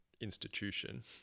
institution